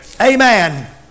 Amen